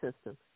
system